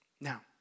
Now